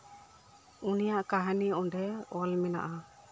ᱩᱱᱤᱭᱟᱜ ᱠᱟᱹᱦᱱᱤ ᱚᱸᱰᱮ ᱚᱞ ᱢᱮᱱᱟᱜᱼᱟ